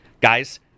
guys